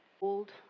old